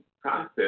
process